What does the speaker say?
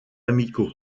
amicaux